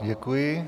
Děkuji.